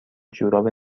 جوراب